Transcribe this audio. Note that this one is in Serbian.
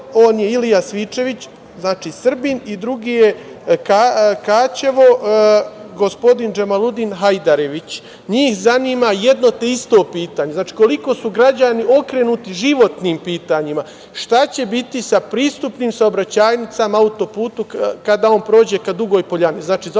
on je Ilija Svičević, Srbin, i drugi je Kaćevo, gospodin Džamaludin Hajdarević. Njih zanima jedno te isto pitanje, koliko su građani okrenuti životnim pitanjima - šta će biti sa pristupnim saobraćajnicama na autoputu kada on prođe ka Dugoj Poljani,